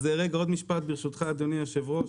רגע אז משפט אחד ברשותך רגע אדוני היושב ראש,